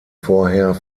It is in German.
vorher